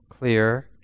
Clear